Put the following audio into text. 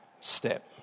step